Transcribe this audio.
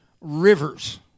rivers